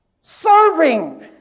serving